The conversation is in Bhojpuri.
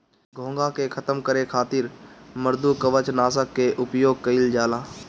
घोंघा के खतम करे खातिर मृदुकवच नाशक के उपयोग कइल जाला